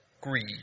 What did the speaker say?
greed